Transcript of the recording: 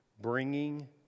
bringing